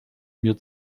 mir